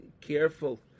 careful